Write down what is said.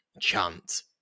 chant